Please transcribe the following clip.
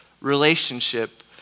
relationship